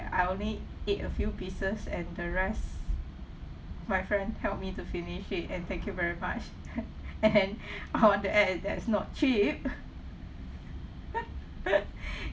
I only ate a few pieces and the rest my friend help me to finish it and thank you very much and I want to add is that's not cheap